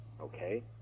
okay